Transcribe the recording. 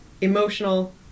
emotional